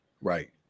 Right